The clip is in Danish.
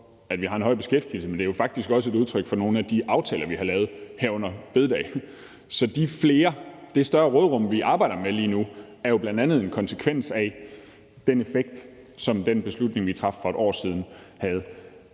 at vi har en høj beskæftigelse, men det er jo faktisk også et udtryk for nogle af de aftaler, vi har lavet, herunder store bededag. Så det større råderum, vi arbejder med lige nu, er jo bl.a. en konsekvens af den effekt, som den beslutning, vi traf for et år siden, havde.